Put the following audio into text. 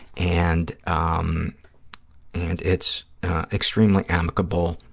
and um and it's extremely amicable,